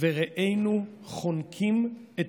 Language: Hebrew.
ורעינו חונקים את